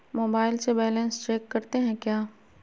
Mobile से balance check करते हैं क्या?